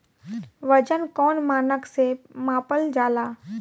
वजन कौन मानक से मापल जाला?